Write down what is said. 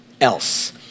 else